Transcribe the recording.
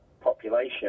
population